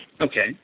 Okay